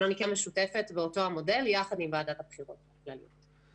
אבל --- משותפת באותו המודל יחד עם ועדת הבחירות הכלליות.